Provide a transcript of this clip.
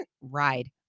Ride